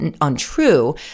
untrue